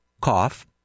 cough